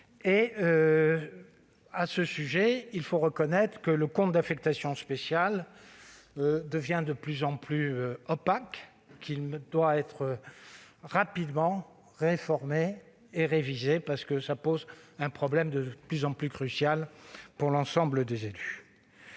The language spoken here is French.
À ce sujet, il faut reconnaître que le compte d'affectation spéciale devient de plus en plus opaque et qu'il se doit d'être rapidement réformé et révisé. Il constitue un problème de plus en plus prégnant pour l'ensemble des élus.